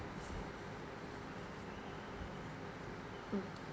mm